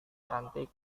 cantik